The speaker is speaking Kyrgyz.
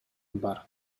бар